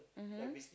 mmhmm